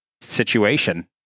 situation